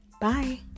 Bye